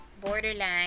Borderline